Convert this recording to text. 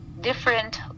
different